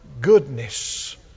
goodness